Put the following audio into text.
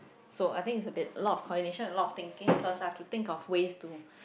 so I think is a bit lot of coordination a lot of thinking cause I have to think of ways to